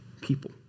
people